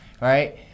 Right